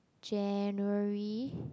January